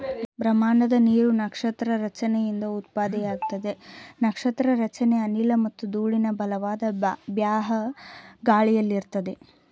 ಬ್ರಹ್ಮಾಂಡದ ನೀರು ನಕ್ಷತ್ರ ರಚನೆಯಿಂದ ಉತ್ಪತ್ತಿಯಾಗ್ತದೆ ನಕ್ಷತ್ರ ರಚನೆ ಅನಿಲ ಮತ್ತು ಧೂಳಿನ ಬಲವಾದ ಬಾಹ್ಯ ಗಾಳಿಯಲ್ಲಿರ್ತದೆ